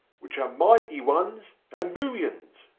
which are mighty ones and millions.